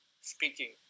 speaking